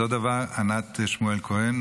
אותו דבר ענת שמואל כהן,